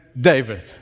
David